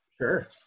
Sure